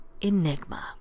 Enigma